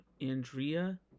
Andrea